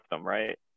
right